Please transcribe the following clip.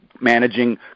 managing